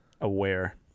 aware